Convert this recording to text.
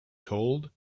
told